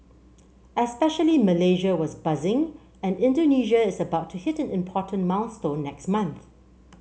especially Malaysia was buzzing and Indonesia is about to hit an important milestone next month